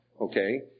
okay